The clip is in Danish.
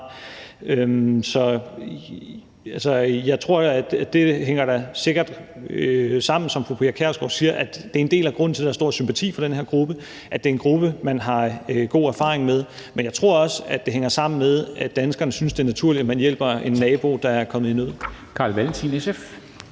fra. Det hænger da sikkert sammen, som fru Pia Kjærsgaard siger. En del af grunden til, at der er stor sympati for den her gruppe, er, at det er en gruppe, man har gode erfaringer med, men jeg tror også, det hænger sammen med, at danskerne synes, det er naturligt, at man hjælper en nabo, der er kommet i nød.